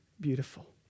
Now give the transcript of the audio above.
beautiful